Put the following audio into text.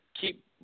keep –